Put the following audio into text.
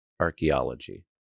archaeology